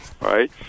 right